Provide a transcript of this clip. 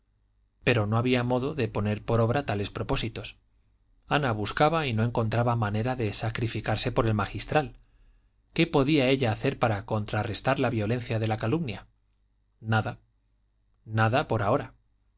pero no había modo de poner por obra tales propósitos ana buscaba y no encontraba manera de sacrificarse por el magistral qué podía ella hacer para contrarrestar la violencia de la calumnia nada nada por ahora